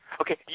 Okay